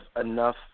enough